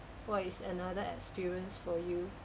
what is another experience for you